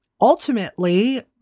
ultimately